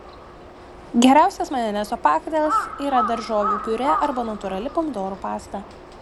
geriausias majonezo pakaitalas yra daržovių piurė arba natūrali pomidorų pasta